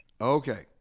Okay